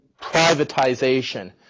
privatization